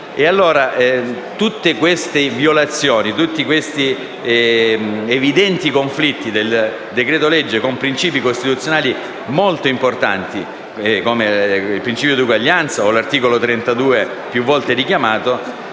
Tutte queste violazioni, tutti questi evidenti conflitti del decreto‑legge con princìpi costituzionali molto importanti, come il principio di uguaglianza o l'articolo 32 più volte richiamato,